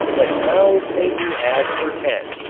but now it may be had for ten